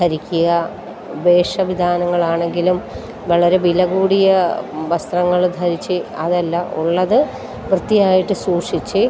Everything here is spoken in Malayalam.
ധരിക്കുക വേഷവിധാനങ്ങളാണെങ്കിലും വളരെ വില കൂടിയ വസ്ത്രങ്ങൾ ധരിച്ച് അതല്ല ഉള്ളത് വൃത്തിയായിട്ട് സൂക്ഷിച്ച്